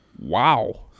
wow